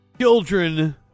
children